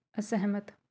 ਅਸਹਿਮਤ